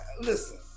Listen